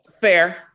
Fair